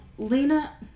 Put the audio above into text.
Lena